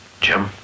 Jim